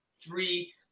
three